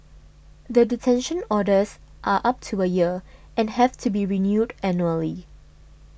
the detention orders are up to a year and have to be reviewed annually